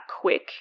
quick